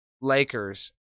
Lakers